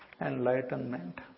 enlightenment